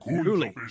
Truly